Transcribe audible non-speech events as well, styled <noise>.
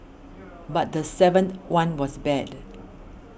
<noise> but the seventh one was bad